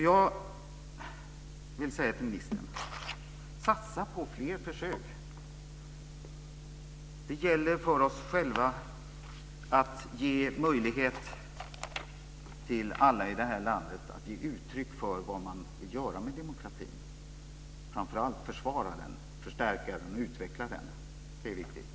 Jag vill säga till ministern: Satsa på fler försök! Det gäller för oss själva att ge möjlighet till alla i det här landet att ge uttryck för vad de vill göra med demokratin - framför allt försvara den, förstärka den och utveckla den. Det är viktigt.